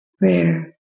rare